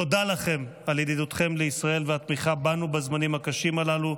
תודה לכם על ידידותכם לישראל והתמיכה בנו בזמנים הקשים הללו.